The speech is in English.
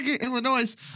Illinois